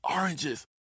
oranges